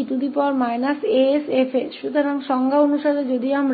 इसलिए परिभाषा के अनुसार यदि हम